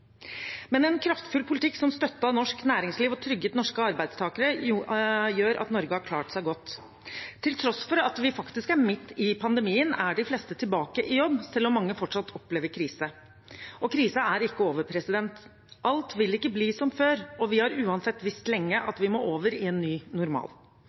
Men en kraftfull politikk som støttet norsk næringsliv og trygget norske arbeidstakere, gjør at Norge har klart seg godt. Til tross for at vi faktisk er midt i pandemien, er de fleste tilbake i jobb, selv om mange fortsatt opplever krise. Og krisen er ikke over. Alt vil ikke bli som før, og vi har uansett visst lenge at vi må over i en ny normal.